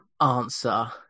answer